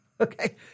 Okay